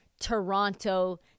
Toronto